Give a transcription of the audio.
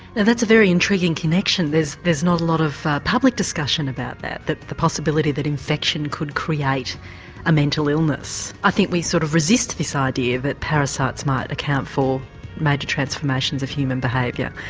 and that's a very intriguing connection, there's there's not a lot of public discussion about that, that the possibility of infection could create a mental illness. i think we sort of resist this idea that parasites might account for major transformations of human behaviour.